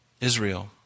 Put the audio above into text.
Israel